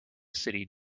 city